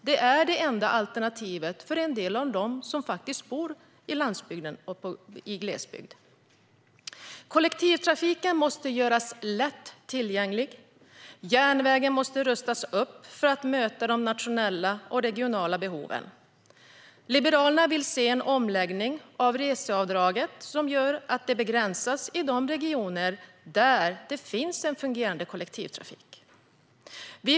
Det är det enda alternativet för en del av dem som bor på landsbygden och i glesbygd. Kollektivtrafiken måste göras lätt tillgänglig. Järnvägen måste rustas upp för att möta de nationella och regionala behoven. Liberalerna vill se en omläggning av reseavdraget som gör att det begränsas i de regioner där det finns en fungerande kollektivtrafik.